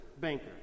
banker